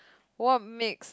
what makes